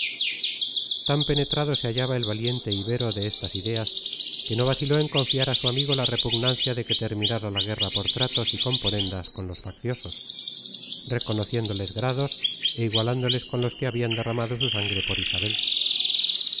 tan penetrado se hallaba el valiente ibero de estas ideas que no vaciló en confiar a su amigo la repugnancia de que terminara la guerra por tratos y componendas con los facciosos reconociéndoles grados e igualándoles con los que habían derramado su sangre por isabel